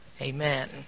Amen